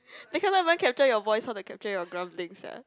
they cannot even capture your voice how to capture your grumblings ah